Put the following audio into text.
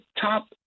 top